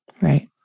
right